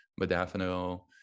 modafinil